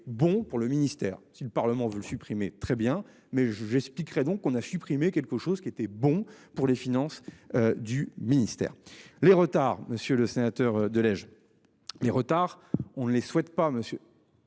bon pour le ministère, si le Parlement veulent supprimer très bien mais je j'expliquerai. Donc on a supprimé quelque chose qui était bon pour les finances du ministère les retards. Monsieur le sénateur, de Lège. Les retards, on ne les souhaite pas monsieur.